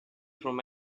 from